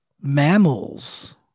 mammals